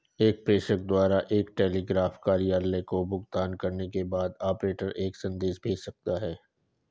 एक प्रेषक द्वारा एक टेलीग्राफ कार्यालय को भुगतान करने के बाद, ऑपरेटर एक संदेश भेज सकता है